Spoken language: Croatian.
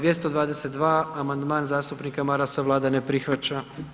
222. amandman zastupnika Marasa, Vlada ne prihvaća.